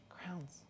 Crowns